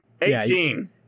Eighteen